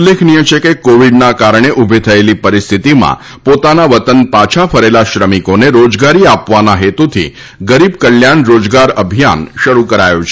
ઉલ્લેખનીય છે કે કોવિડના કારણે ઊભી થયેલી પરિસ્થિતિમાં પોતાના વતન પાછા ફરેલા શ્રમિકોને રોજગારી આપવાના હેતુથી ગરીબ કલ્યાણ રોજગાર અભિયાન શરૂ કરાયું છે